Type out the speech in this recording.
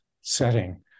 setting